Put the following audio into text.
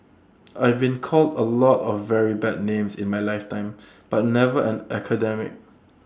I've been called A lot of very bad names in my lifetime but never an academic